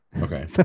okay